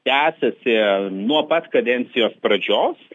tęsiasi nuo pat kadencijos pradžios